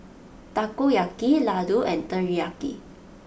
Takoyaki Ladoo and Teriyaki